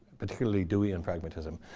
particularly dewey and pragmatism?